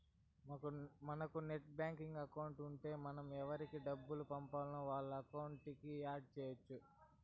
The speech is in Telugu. మనకు నెట్ బ్యాంకింగ్ అకౌంట్ ఉంటే మనం ఎవురికి డబ్బులు పంపాల్నో వాళ్ళ అకౌంట్లని యాడ్ చెయ్యచ్చు